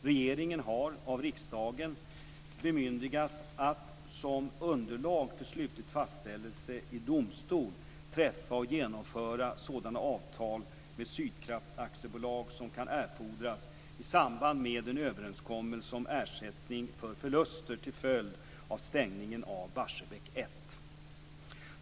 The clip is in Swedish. Regeringen har av riksdagen bemyndigats att, som underlag för slutlig fastställelse i domstol, träffa och genomföra sådana avtal med Sydkraft AB som kan erfordras i samband med en överenskommelse om ersättning för förluster till följd av stängningen av 1997 98:317).